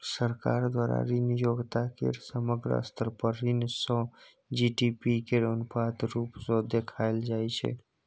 सरकार द्वारा ऋण योग्यता केर समग्र स्तर पर ऋण सँ जी.डी.पी केर अनुपात रुप सँ देखाएल जाइ छै